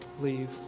leave